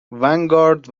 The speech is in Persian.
ونگارد